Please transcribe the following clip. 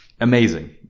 amazing